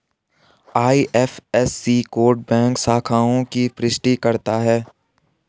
IFSC code bank शाखाओं की पुष्टि करता है